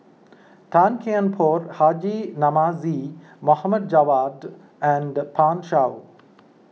Tan Kian Por Haji Namazie Mohd Javad and Pan Shou